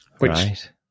Right